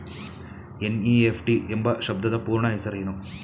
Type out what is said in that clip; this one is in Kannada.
ಎನ್.ಇ.ಎಫ್.ಟಿ ಎಂಬ ಶಬ್ದದ ಪೂರ್ಣ ಹೆಸರೇನು?